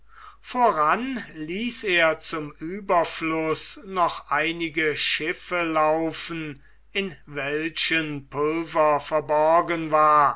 voran ließ er zum ueberfluß noch einige schiffe laufen in welchen pulver verborgen war